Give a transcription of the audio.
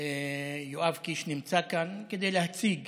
יואב קיש נמצא כאן כדי להציג